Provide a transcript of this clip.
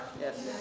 Yes